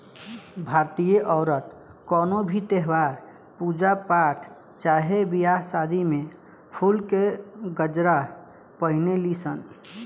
भारतीय औरत कवनो भी त्यौहार, पूजा पाठ चाहे बियाह शादी में फुल के गजरा पहिने ली सन